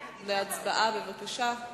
הצבעה, בבקשה.